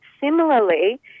Similarly